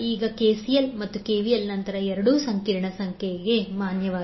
ಈಗ ಕೆಸಿಎಲ್ ಮತ್ತು ಕೆವಿಎಲ್ ನಂತರ ಎರಡೂ ಸಂಕೀರ್ಣ ಸಂಖ್ಯೆಗೆ ಮಾನ್ಯವಾಗಿವೆ